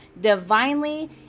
divinely